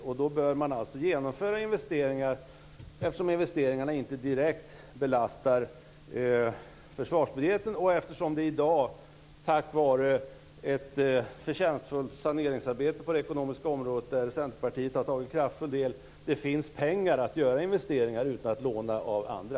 Och då bör man genomföra investeringarna, eftersom de inte direkt belastar försvarsbudgeten och eftersom det i dag, tack var ett förtjänstfullt saneringsarbete på det ekonomiska området där Centerpartiet kraftfullt har deltagit, finns pengar för att göra investeringar utan att låna av andra.